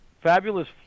Fabulous